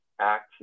acts